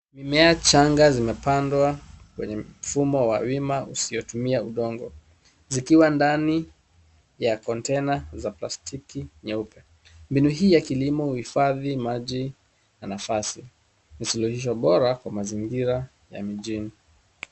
Mimea changa zimepandwa kwenye mfumo wa wima usiotumia udongo, zikiwa ndani ya container za plastiki nyeupe. Mbinu hii ya kilimo huhifadhi maji na nafasi. Ni suluhisho bora kwa mazingira ya mijini.